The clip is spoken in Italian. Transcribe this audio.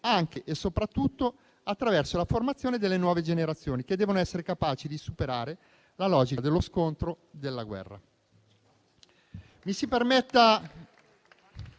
anche e soprattutto attraverso la formazione delle nuove generazioni, che devono essere capaci di superare la logica dello scontro e della guerra.